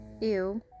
ew